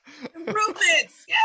Improvements